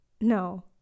No